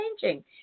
changing